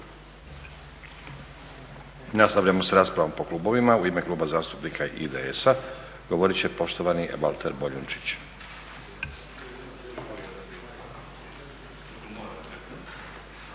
Nastavljamo sa raspravom po klubovima. U ime Kluba zastupnika IDS-a govorit će poštovani Valter Boljunčić.